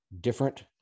different